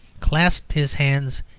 clasped his hands,